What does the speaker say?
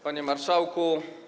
Panie Marszałku!